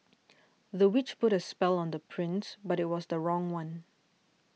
the witch put a spell on the prince but it was the wrong one